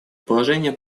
положение